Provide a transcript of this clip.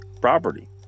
property